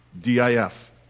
D-I-S